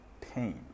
pain